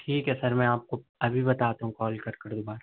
ٹھیک ہے سر میں آپ کو ابھی بتاتا ہوں کال کر کر دوبارہ